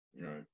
Right